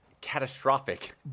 catastrophic